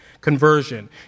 conversion